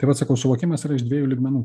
tai vat sakau suvokimas yra iš dviejų lygmenų